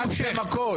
הרסתם הכול.